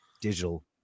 digital